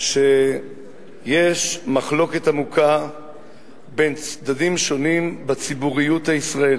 שיש מחלוקת עמוקה בין צדדים שונים בציבוריות הישראלית.